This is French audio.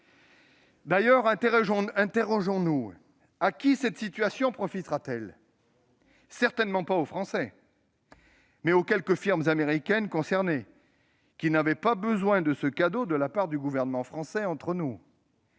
D'ailleurs, interrogeons-nous : à qui cette situation profitera-t-elle ? Certainement pas aux Français ! Aux quelques firmes américaines concernées, qui, entre nous, n'avaient pas besoin de ce cadeau de la part du gouvernement français.